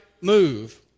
move